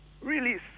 release